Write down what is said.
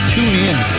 TuneIn